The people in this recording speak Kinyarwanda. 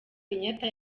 kenyatta